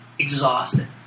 exhausted